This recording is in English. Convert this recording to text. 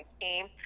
team